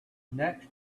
next